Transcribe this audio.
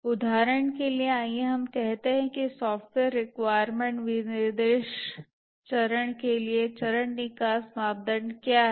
उदाहरण के लिए आइए हम कहते हैं कि सॉफ़्टवेयर रिक्वायरमेंट विनिर्देश चरण के लिए चरण निकास मापदंड क्या है